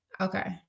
okay